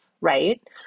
right